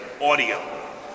audio